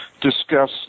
discuss